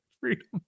freedom